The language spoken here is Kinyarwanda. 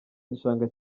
gishanga